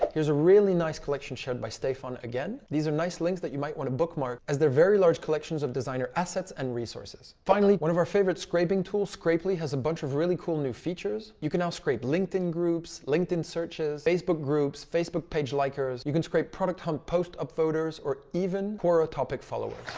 here's a really nice collection shared by stephan again, these are nice links that you might want to bookmark as they're very large collections of designer assets and resources. finally one of our favorite scraping tools scrapely has a bunch of really cool new features, you can now scrape linkedin groups, linkedin searches, facebook groups, facebook page likers, you can scrape producthunt post up voters or even quora topic followers.